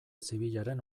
zibilaren